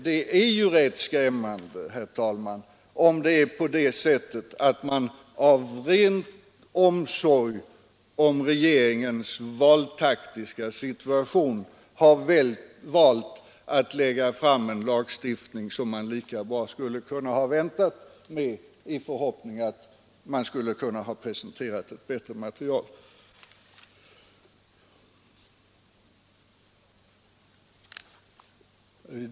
Det är ju rätt skrämmande, herr talman, om det är så att man av ren omsorg om regeringens valtaktiska situation har valt att lägga fram ett förslag till lagstiftning, som man skulle ha kunnat vänta med några år i förhoppning om att då kunna presentera ett bättre material.